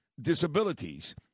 disabilities